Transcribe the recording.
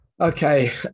Okay